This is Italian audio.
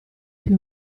più